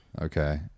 Okay